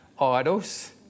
idols